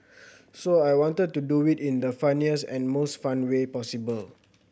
so I wanted to do it in the funniest and most fun way possible